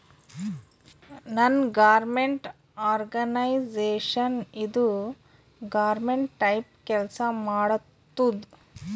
ನಾನ್ government organisation ಇದು government type ಕೆಲ್ಸಾ ಮಾಡತ್ತುದ್